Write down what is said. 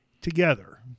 together